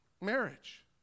marriage